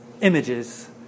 images